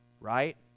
right